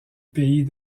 pays